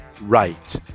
right